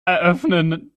eröffnen